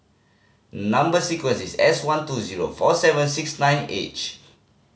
number sequence is S one two zero four seven six nine H